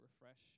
Refresh